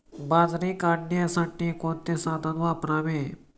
बाजरी काढण्यासाठी कोणते साधन वापरावे?